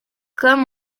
comme